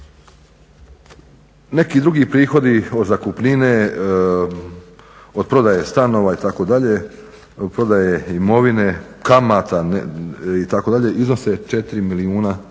Neki drugi prihodi od zakupnine, od prodaje stanova, itd., prodaje imovine, kamata, itd. iznose 4 milijuna i